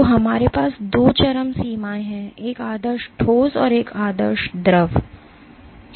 तो हमारे पास दो चरम सीमाएं हैं एक आदर्श ठोस और एक आदर्श द्रव ठीक है